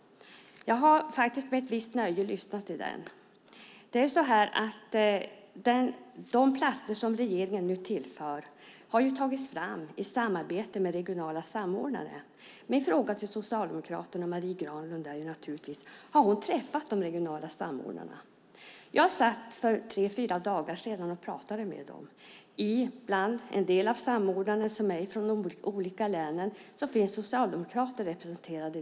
Jag har faktiskt med ett visst nöje lyssnat till den. De platser som regeringen nu tillför har ju tagits fram i samarbete med regionala samordnare. Min fråga till Socialdemokraterna och Marie Granlund är naturligtvis om hon har träffat de regionala samordnarna. Jag satt för tre fyra dagar sedan och pratade med dem. En del av samordnarna, som är från de olika länen, är socialdemokrater.